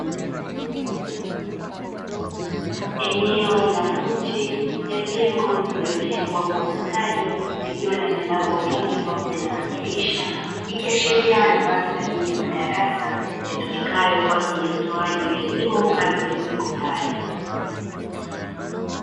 Eneo la nje ya jengo lililojengwa kwa ustadi, likiwa na milango mingi pamoja na madirisha. Ikiashiria ni mandhari ya madarasa yatumikayo kwa ajili ya utoaji wa elimu ngazi ya sekondari.